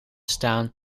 staan